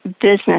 business